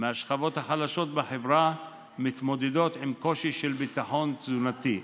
מהשכבות החלשות בחברה מתמודדות עם קושי של ביטחון תזונתי.